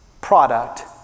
product